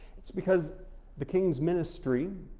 it's because the kings ministry,